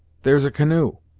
there's a canoe!